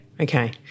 Okay